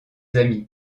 amis